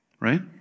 right